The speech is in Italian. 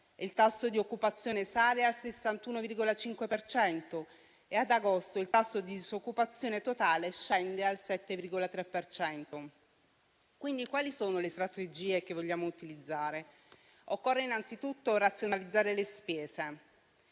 Il tasso di occupazione sale al 61,5 per cento e ad agosto il tasso di disoccupazione totale scende al 7,3 per cento. Quali sono quindi le strategie che vogliamo utilizzare? Occorre innanzitutto razionalizzare le spese.